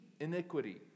iniquity